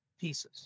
pieces